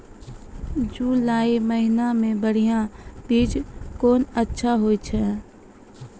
जुलाई महीने मे बढ़िया बीज कौन अच्छा होय छै?